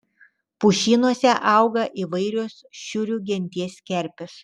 pušynuose auga įvairios šiurių genties kerpės